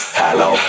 hello